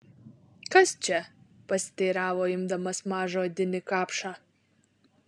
kas čia pasiteiravo imdamas mažą odinį kapšą